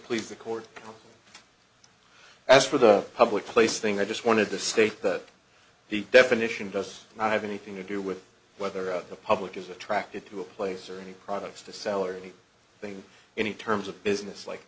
please the court as for the public place thing i just wanted to state that the definition does not have anything to do with whether of the public is attracted to a place or any products to sell or any thing in terms of business like